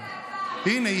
1. הינה,